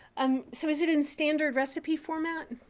um so is it in standard recipe format?